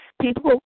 People